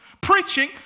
Preaching